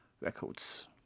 Records